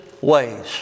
ways